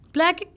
Black